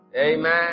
Amen